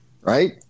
right